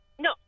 No